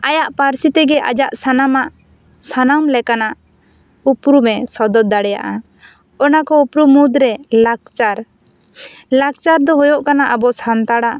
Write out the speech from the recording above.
ᱟᱭᱟᱜ ᱯᱟᱹᱨᱥᱤ ᱛᱮᱜᱮ ᱟᱭᱟᱜ ᱥᱟᱱᱟᱢᱟᱜ ᱥᱟᱱᱟᱢ ᱞᱮᱠᱟᱱᱟᱜ ᱩᱯᱨᱩᱢ ᱮ ᱥᱚᱫᱚᱨ ᱫᱟᱲᱮᱭᱟᱜᱼᱟ ᱚᱱᱟ ᱠᱚ ᱩᱯᱩᱨᱩᱢ ᱢᱩᱫᱽᱨᱮ ᱞᱟᱠᱪᱟᱨ ᱞᱟᱠᱪᱟᱨ ᱫᱚ ᱦᱩᱭᱩᱜ ᱠᱟᱱᱟ ᱟᱵᱚ ᱥᱟᱱᱛᱟᱲᱟᱜ